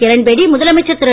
Kiran Bedi முதலமைச்சர்திரு